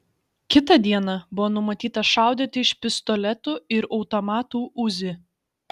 kitą dieną buvo numatyta šaudyti iš pistoletų ir automatų uzi